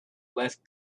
left